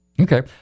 Okay